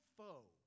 foe